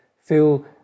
feel